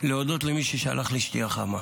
להודות למי ששלח לי שתייה חמה.